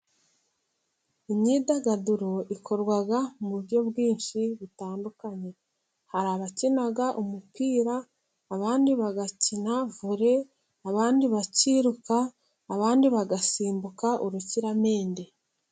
Imyidagaduro ikorwa mu buryo bwinshi butandukanye hari abakina umupira, abandi bagakina vole ,abandi bakiruka, abandi bagasimbuka urukiramende.